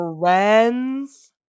friends